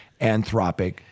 Anthropic